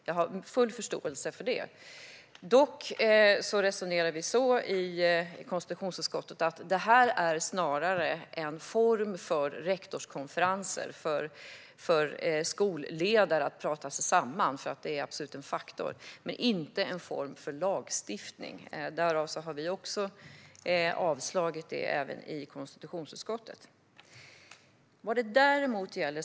Jag har full förståelse för det. Dock resonerar vi som så i konstitutionsutskottet att det snarare är en fråga för rektorskonferenser och skolledare att prata sig samman om detta. Det är absolut en faktor. Men det är inte en fråga för lagstiftning. Av den anledningen har vi avslagit detta även i konstitutionsutskottet.